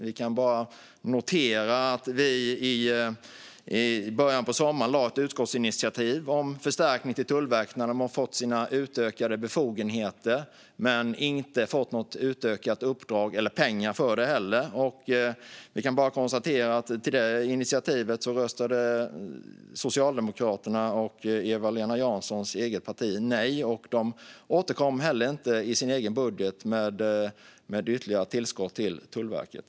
Vi lade i början av sommaren fram ett förslag till utskottsinitiativ om förstärkning till Tullverket när de hade fått sina utökade befogenheter men inte fått något utökat uppdrag eller pengar för det. Vi kan bara konstatera att Socialdemokraterna, Eva-Lena Janssons eget parti, röstade nej till det. De återkom inte heller i sin egen budget med ytterligare tillskott till Tullverket.